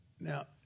Now